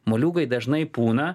moliūgai dažnai pūna